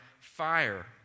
fire